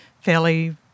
fairly